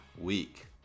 week